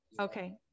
Okay